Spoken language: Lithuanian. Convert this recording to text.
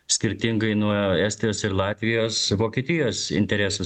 skirtingai nuo estijos ir latvijos vokietijos interesų